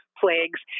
plagues